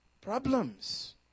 problems